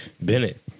Bennett